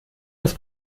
das